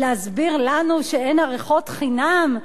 להסביר לנו שאין ארוחות חינם,